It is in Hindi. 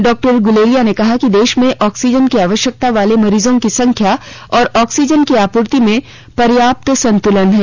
डॉ गुलेरिया ने कहा कि देश में ऑक्सीजन की आवश्यकता वाले मरीजों की संख्या और ऑक्सीजन की आपूर्ति में पर्याप्त संतुलन है